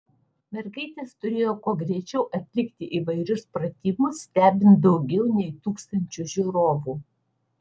mergaitės turėjo kuo greičiau atlikti įvairius pratimus stebint daugiau nei tūkstančiui žiūrovų